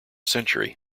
century